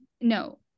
no